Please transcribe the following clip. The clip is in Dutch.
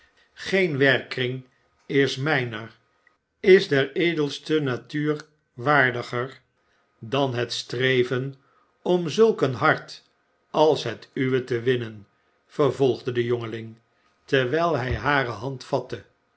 geen werkkring is mijner is der edelste natuur waardiger dan het streven om zu k een hart als het uwe te winnen vervolgde de jongeling terwijl hij hare